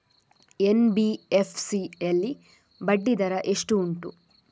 NBFC ಯಲ್ಲಿ ಬಡ್ಡಿ ದರ ಎಷ್ಟು ಉಂಟು?